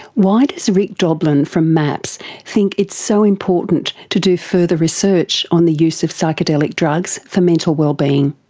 why does rick doblin from maps think it's so important to do further research on the use of psychedelic drugs for mental wellbeing?